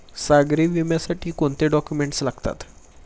सागरी विम्यासाठी कोणते डॉक्युमेंट्स लागतात?